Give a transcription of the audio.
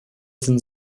sind